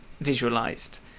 visualized